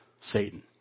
Satan